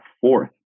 fourth